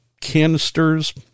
canisters